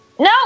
No